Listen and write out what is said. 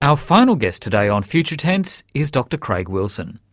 our final guest today on future tense is dr craig wilson.